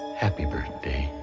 happy birthday,